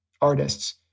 artists